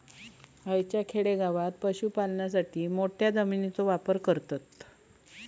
हयच्या खेडेगावात पशुपालनासाठी मोठ्या जमिनीचो वापर करतत